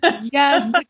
Yes